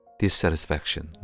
dissatisfaction